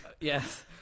yes